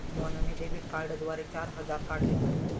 मोहनने डेबिट कार्डद्वारे चार हजार काढले